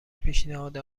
پیشنهاد